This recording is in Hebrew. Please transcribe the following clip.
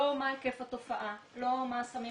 לא מה היקף התופעה, לא מה הסמים